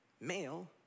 Male